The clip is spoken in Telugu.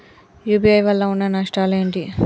యూ.పీ.ఐ వల్ల ఉండే నష్టాలు ఏంటి??